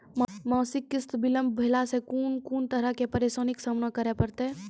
मासिक किस्त बिलम्ब भेलासॅ कून कून तरहक परेशानीक सामना करे परतै?